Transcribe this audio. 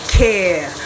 care